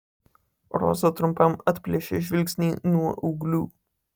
roza trumpam atplėšė žvilgsnį nuo ūglių